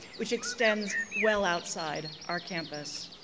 which extends well outside our campus.